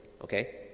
Okay